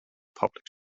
public